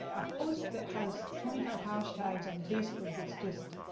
a post that has twenty five hashtags on facebook, gets just,